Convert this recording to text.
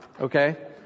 okay